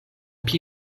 pli